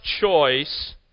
choice